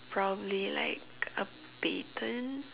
probably like a baton